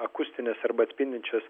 akustinės arba atspindinčios